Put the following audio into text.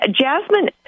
Jasmine